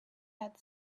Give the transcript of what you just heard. had